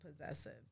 possessive